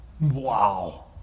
Wow